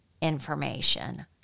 information